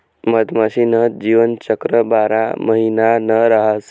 मधमाशी न जीवनचक्र बारा महिना न रहास